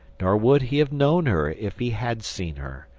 nor would he have known her if he had seen her.